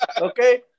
Okay